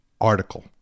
article